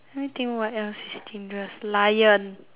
let me think what else is dangerous lion